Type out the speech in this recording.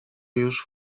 już